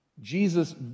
jesus